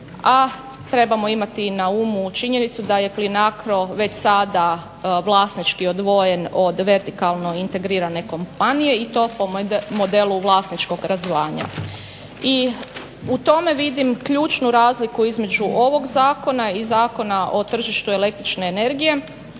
a trebamo imati i na umu činjenicu da je PLINACRO već sada vlasnički odvojen od vertikalno integrirane kompanije i to po modelu vlasničkog razdvajanja. I u tome vidim ključnu razliku između ovog zakona i Zakona o tržištu električne energije